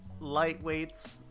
Lightweights